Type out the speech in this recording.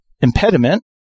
impediment